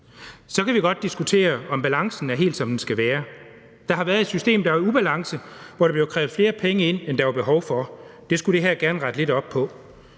Så kan vi godt diskutere, om balancen er helt, som den skal være. Der har været et system, der var i ubalance, og hvor der blev krævet flere penge ind, end der var behov for. Det skulle det her gerne rette lidt op på.